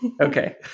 Okay